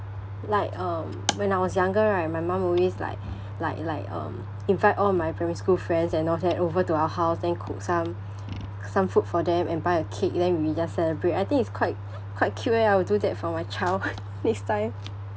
like um when I was younger right my mum always like like like um invite all my primary school friends and all that over to our house then cook some some food for them and buy a cake then we just celebrate I think it's quite quite cute leh I'll do that for my child next time